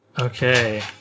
Okay